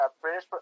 British